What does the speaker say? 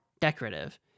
Decorative